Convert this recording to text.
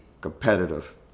competitive